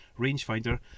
rangefinder